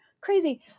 Crazy